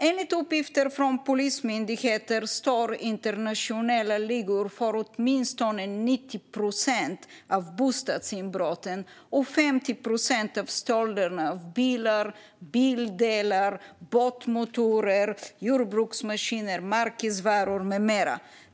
Enligt uppgifter från Polismyndigheten står internationella ligor för åtminstone 90 procent av bostadsinbrotten och 50 procent av stölderna av bilar, bildelar, båtmotorer, jordbruksmaskiner, märkesvaror med mera.